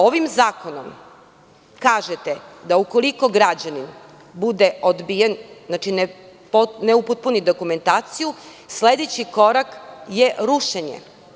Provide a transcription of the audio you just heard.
Ovim zakonom kažete da ukoliko građanin bude odbijen, znači, ne upotpuni dokumentaciju sledeći korak je rušenje.